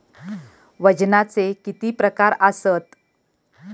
वजनाचे किती प्रकार आसत?